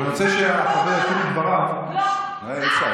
אני רוצה שחבר הכנסת, לא, אי-אפשר.